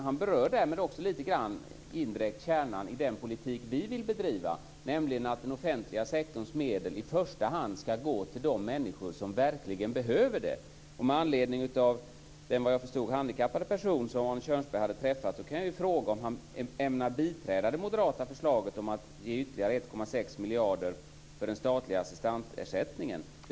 Han berörde därmed lite grann indirekt kärnan i den politik vi vill bedriva, nämligen att den offentliga sektorns medel i första hand skall gå till de människor som verkligen behöver dem. Kjörnsberg hade träffat, kan jag fråga om han ämnar biträda det moderata förslaget om att ge ytterligare 1,6 miljarder kronor för den statliga assistansersättningen.